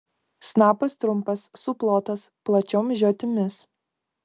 snapas trumpas suplotas plačiom žiotimis